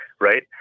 right